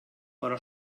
però